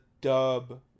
dub